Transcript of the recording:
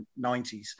90s